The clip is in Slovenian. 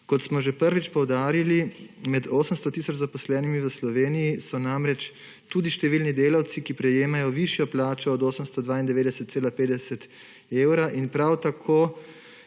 Kot smo že prvič poudarili, so med 800 tisoč zaposlenimi v Sloveniji namreč tudi številni delavci, ki prejemajo višjo plačo od 892,50 evra in prav tako